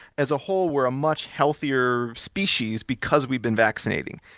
as a whole, we're a much healthier species because we've been vaccinating.